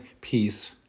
peace